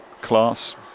class